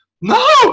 no